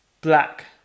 Black